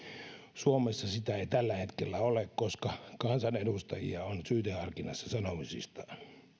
suomessa sitä ei tällä hetkellä ole koska kansanedustajia on syyteharkinnassa sanomisistaan